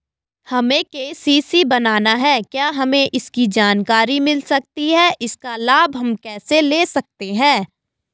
हमें के.सी.सी बनाना है क्या हमें इसकी जानकारी मिल सकती है इसका लाभ हम कैसे ले सकते हैं?